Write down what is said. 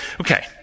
Okay